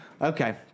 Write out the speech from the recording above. Okay